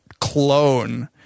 clone